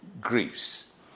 griefs